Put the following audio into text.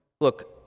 Look